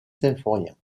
symphorien